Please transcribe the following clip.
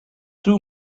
two